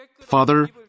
Father